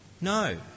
No